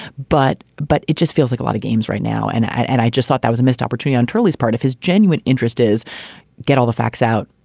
but but it just feels like a lot of games right now. and and i just thought that was a missed opportunity. and turley's part of his genuine interest is get all the facts out.